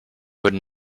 would